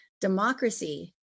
Democracy